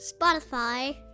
Spotify